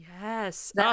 Yes